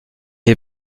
est